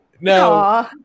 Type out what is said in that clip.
No